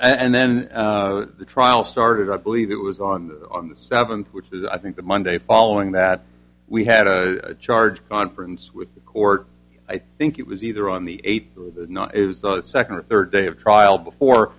and then the trial started i believe it was on on the seventh which is i think the monday following that we had a charge conference with the court i think it was either on the eighth the second or third day of trial